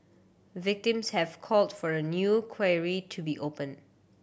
victims have called for a new to be opened